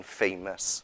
famous